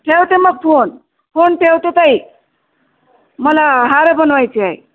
ठेवते मग phone phone ठेवते ताई मला हार बनवायची आहे